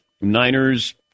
Niners